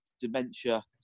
dementia